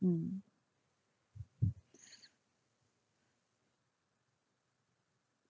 mm